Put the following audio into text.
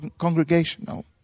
congregational